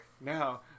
Now